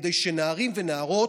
כדי שנערים ונערות,